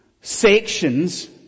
sections